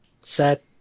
set